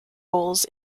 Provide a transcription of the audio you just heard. bowls